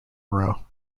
row